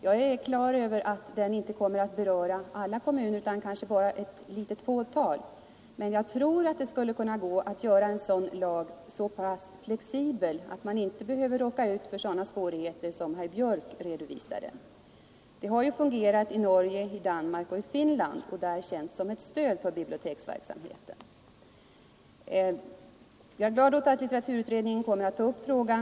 Jag är övertygad om att en sådan inte kommer att beröra alla kommuner utan kanske bara ett litet fåtal. Men jag tror att det skulle kunna gå att göra en sådan lag så pass flexibel att man inte behöver råka ut för sådana svårigheter som herr Björk redovisade. Det har fungerat i Norge, Danmark och Finland och har där känts som ett stöd för Jag är glad att litteraturutredningen kommer att ta upp frågan.